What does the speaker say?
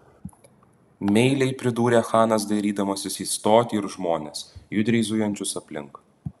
meiliai pridūrė chanas dairydamasis į stotį ir žmones judriai zujančius aplink